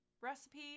recipe